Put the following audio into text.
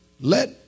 Let